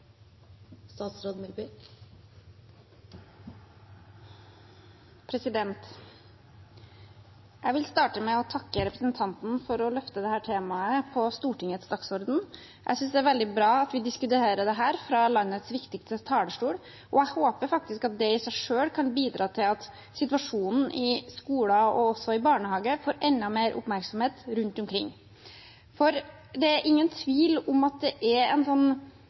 Jeg vil starte med å takke representanten for å løfte dette temaet på Stortingets dagsorden. Jeg synes det er veldig bra at vi diskuterer dette fra landets viktigste talerstol, og jeg håper at det i seg selv kan bidra til at situasjonen i skoler og også i barnehager får enda mer oppmerksomhet rundt omkring. For det er ingen tvil om at det er en